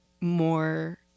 more